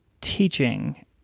teaching